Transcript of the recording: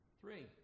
Three